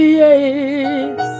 yes